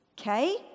okay